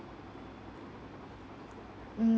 mm